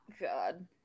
God